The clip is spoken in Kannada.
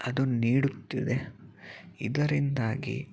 ಅದು ನೀಡುತ್ತಿದೆ ಇದರಿಂದಾಗಿ